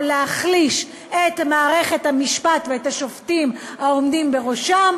להחליש את מערכת המשפט ואת השופטים העומדים בראשה,